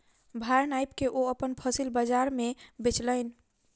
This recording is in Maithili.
भार नाइप के ओ अपन फसिल बजार में बेचलैन